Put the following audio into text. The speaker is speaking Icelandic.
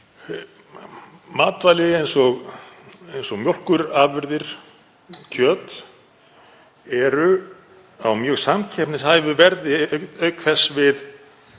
Matvæli eins og mjólkurafurðir og kjöt eru á mjög samkeppnishæfu verði miðað við